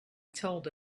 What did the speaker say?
told